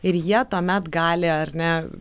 ir jie tuomet gali ar ne